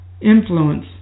influence